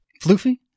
Floofy